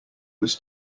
was